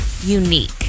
unique